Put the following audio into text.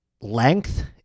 length